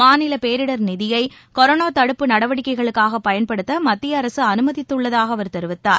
மாநிலபேரிடர் நிதியைகொரோனாதடுப்பு நடவடிக்கைகளாகபயன்படுத்தமத்தியஅரசுஅனுமதித்துள்ளதாகஅவர் தெரிவித்தார்